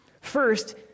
First